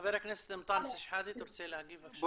חבר הכנסת מטאנס שחאדה, אתה רוצה להגיב, בבקשה?